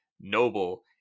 noble